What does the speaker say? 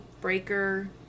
Breaker